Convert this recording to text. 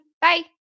Bye